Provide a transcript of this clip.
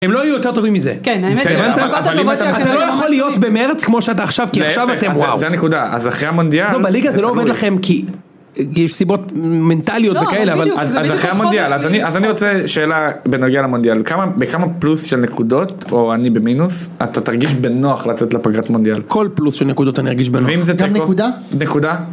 הם לא היו יותר טובים מזה. כן, האמת ש... אתה לא יכול להיות במרץ כמו שאתה עכשיו, כי עכשיו אתם וואו. זה הנקודה. אז אחרי המונדיאל... בליגה זה לא עובד לכם, כי יש סיבות מנטליות וכאלה, אבל... אז אחרי המונדיאל, אז אני רוצה שאלה בנוגע למונדיאל, בכמה פלוס של נקודות, או אני במינוס, אתה תרגיש בנוח לצאת לפגרת מונדיאל? כל פלוס של נקודות אני ארגיש בנוח. ואם זה תקו... גם נקודה? נקודה.